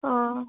ओ